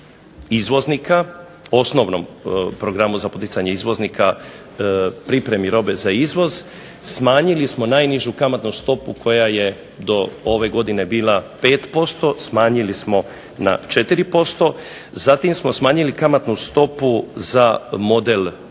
izvoznika, osnovnom programu za poticanje izvoznika, pripremi robe za izvoz smanjili smo najnižu kamatnu stopu koja je do ove godine bila 5% smanjili smo na 4%. Zatim smo smanjili kamatnu stopu za model